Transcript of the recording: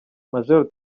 major